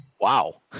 Wow